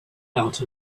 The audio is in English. out